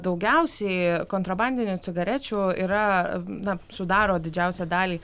daugiausiai kontrabandinių cigarečių yra na sudaro didžiausią dalį